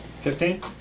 Fifteen